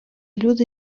люди